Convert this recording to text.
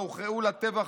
בה הוכרעו לטבח